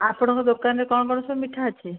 ଆପଣଙ୍କ ଦୋକାନ ରେ କ'ଣ କ'ଣ ସବୁ ମିଠା ଅଛି